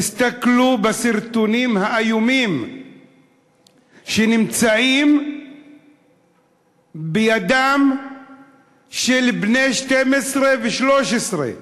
תסתכלו בסרטונים האיומים שנמצאים בידיהם של בני 12 ו-13.